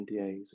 ndas